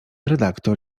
redaktor